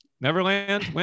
Neverland